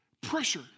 pressure